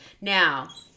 Now